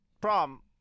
Prom